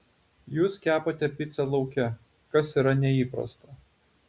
jūs kepate picą lauke kas yra neįprasta